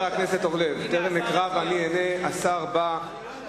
חבר הכנסת אורלב, השר בא,